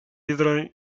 dietro